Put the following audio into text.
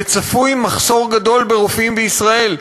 וצפוי מחסור גדול ברופאים בישראל,